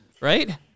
Right